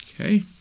okay